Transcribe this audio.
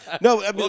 no